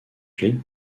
clé